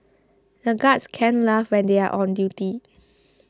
the guards can't laugh when they are on duty